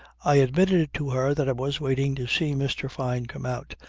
i admitted to her that i was waiting to see mr. fyne come out.